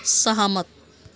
सहमत